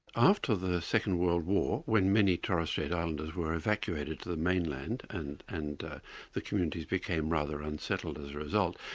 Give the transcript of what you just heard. after the second world war, when many torres strait islanders were evacuated to the mainland, and and the communities became rather unsettled as a result,